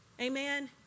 Amen